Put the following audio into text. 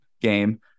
game